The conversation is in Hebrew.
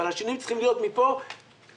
אבל השינוי צריך להיות מפה קדימה.